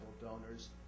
donors